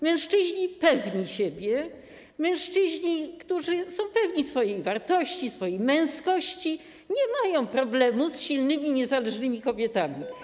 Mężczyźni pewni siebie, mężczyźni, którzy są pewni swojej wartości, swojej męskości, nie mają problemu z silnymi i niezależnymi kobietami.